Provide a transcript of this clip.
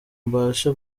mbashe